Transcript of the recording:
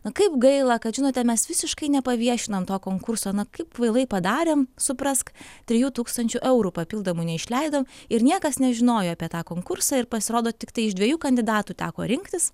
na kaip gaila kad žinote mes visiškai nepaviešinom to konkurso na kaip kvailai padarėm suprask trijų tūkstančių eurų papildomų neišleido ir niekas nežinojo apie tą konkursą ir pasirodo tiktai iš dviejų kandidatų teko rinktis